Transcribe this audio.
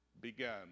began